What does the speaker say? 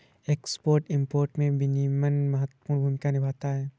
export import में विनियमन महत्वपूर्ण भूमिका निभाता है